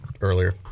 earlier